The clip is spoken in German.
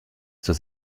zur